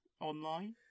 online